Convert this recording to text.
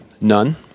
None